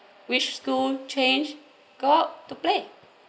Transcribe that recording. reach school change go out to play